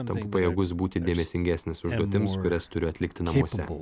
tampu pajėgus būti dėmesingesnis užduotims kurias turiu atlikti namuose